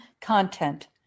content